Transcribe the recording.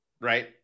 right